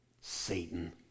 Satan